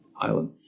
island